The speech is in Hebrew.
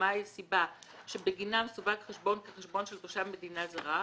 מה הסיבה שבגינת סווג חשבון כחשבון של תושב מדינה זרה,